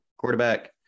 quarterback